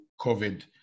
covid